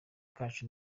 kacu